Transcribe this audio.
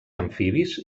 amfibis